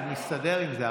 אני מסתדר עם זה.